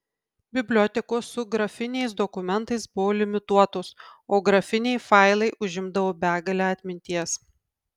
bibliotekos su grafiniais dokumentais buvo limituotos o grafiniai failai užimdavo begalę atminties